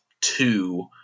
two